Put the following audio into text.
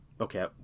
Okay